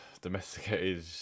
domesticated